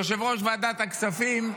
יושב-ראש ועדת הכספים,